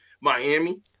Miami